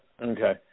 okay